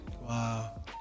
Wow